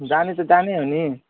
जाने त जाने हो नि